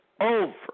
over